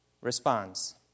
responds